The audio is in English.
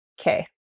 okay